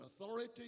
authority